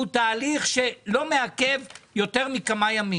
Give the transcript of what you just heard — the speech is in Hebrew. הוא תהליך שלא מעכב יותר מכמה ימים.